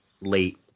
late